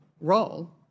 role